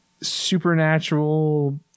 supernatural